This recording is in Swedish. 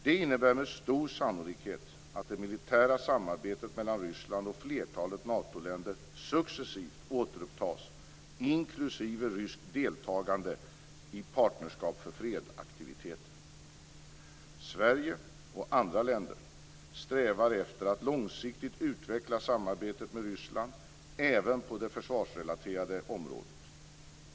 Detta innebär med stor sannolikhet att det militära samarbetet mellan Ryssland och flertalet Natoländer successivt återupptas, inklusive ryskt deltagande i Sverige - och andra länder - strävar efter att långsiktigt utveckla samarbetet med Ryssland även på det försvarsrelaterade området.